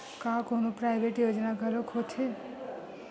का कोनो प्राइवेट योजना घलोक होथे?